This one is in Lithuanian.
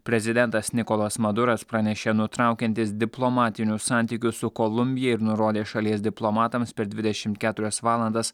prezidentas nikolas maduras pranešė nutraukiantis diplomatinius santykius su kolumbija ir nurodė šalies diplomatams per dvidešimt keturias valandas